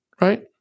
Right